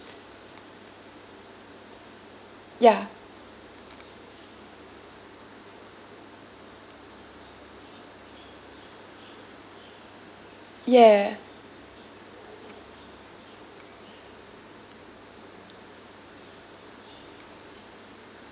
ya ya